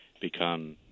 become